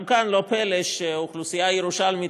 גם כאן לא פלא שהאוכלוסייה הירושלמית